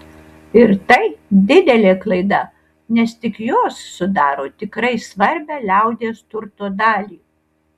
ir tai didelė klaida nes tik jos sudaro tikrai svarbią liaudies turto dalį